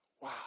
wow